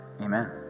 amen